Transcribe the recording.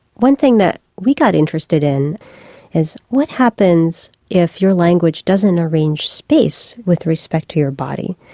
one thing that we got interested in is what happens if your language doesn't arrange space with respect to your body.